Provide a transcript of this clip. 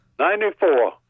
Ninety-four